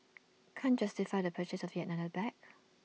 can't justify the purchase of yet another bag